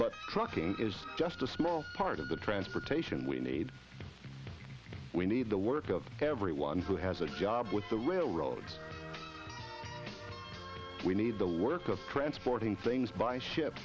but trucking is just a small part of the transportation we need we need the work of everyone who has a job with the railroad we need the work of transporting things by ship